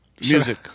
Music